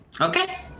Okay